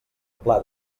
pla